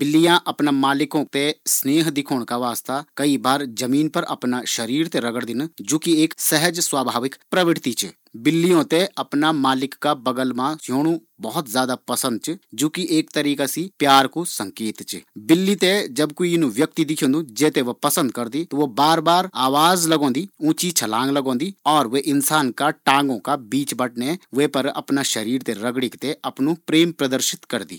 बिल्ली अपना मालिक का प्रति कई तरीका सी प्रेम दिखोदिन, कई बार उ अपना शरीर ते जमीन पर रगड़दिन जु कि एक सहज स्वाभाव च। बिल्लीयो ते अपना मालिक का बगल मे स्येणु बहुत ज्यादा पसंद होन्दु जु कि एक तरीका सी प्यार कु भाव च।